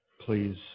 please